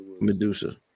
Medusa